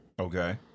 Okay